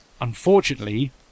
unfortunately